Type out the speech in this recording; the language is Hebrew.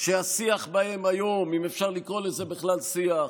שהשיח בהם היום, אם אפשר לקרוא לזה בכלל שיח,